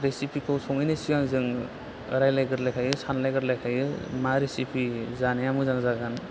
रिसिफिखौ सङैनि सिगां जोङो रायलायग्रोखायो सानलायग्रोखायो मा रिसिफि जानाया मोजां जागोन